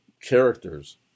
characters